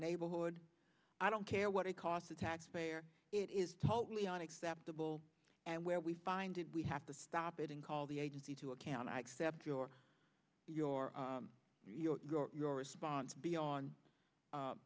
neighborhood i don't care what it costs the taxpayer it is totally unacceptable and where we find it we have to stop it and call the agency to account i accept your your your your response be on